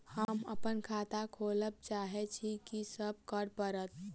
हम अप्पन खाता खोलब चाहै छी की सब करऽ पड़त?